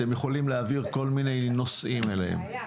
אתם יכולים להעביר כל מיני נושאים אליהם.